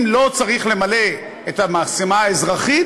אם לא צריך למלא את המשימה האזרחית,